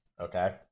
Okay